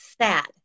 sad